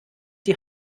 die